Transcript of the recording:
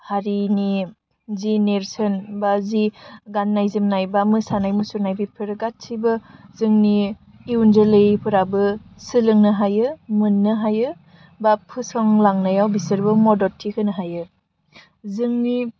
हारिनि जि नेर्सोन बा जि गान्नाय जोमनाय बा मोसानाय मुसुरनाय बेफोरो गासैबो जोंनि इयुन जोलैफोराबो सोलोंनो हायो मोननो हायो बा फसंलांनायाव बिसोरबो मददथि होनो हायो जोंनि